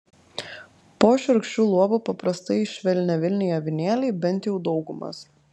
po šiurkščiu luobu paprastai švelniavilniai avinėliai bent jau daugumas